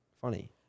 funny